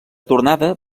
tornada